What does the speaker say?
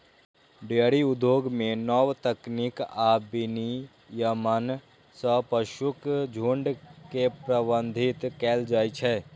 dairy उद्योग मे नव तकनीक आ विनियमन सं पशुक झुंड के प्रबंधित कैल जाइ छै